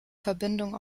verbindung